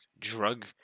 drug